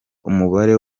umubare